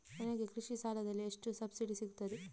ನನಗೆ ಕೃಷಿ ಸಾಲದಲ್ಲಿ ಎಷ್ಟು ಸಬ್ಸಿಡಿ ಸೀಗುತ್ತದೆ?